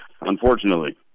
unfortunately